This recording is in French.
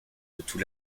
tout